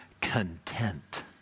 content